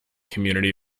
community